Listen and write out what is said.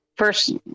First